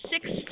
six